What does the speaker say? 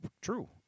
True